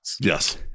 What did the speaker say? Yes